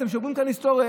אתם שוברים כאן היסטוריה,